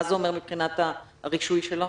מה זה אומר מבחינת הרישוי שלו?